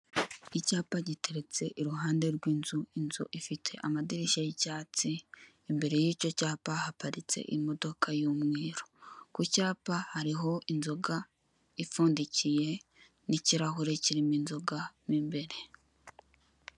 Icyapa giteretse iruhande rw'inzu, inzu ifite amadirishya y'icyatsi, imbere y'icyo cyapa haparitse imodoka y'umweru. Ku cyapa hariho inzoga ipfundikiye, n'ikirahure kirimo inzoga mo imbere.